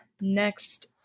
Next